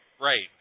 Right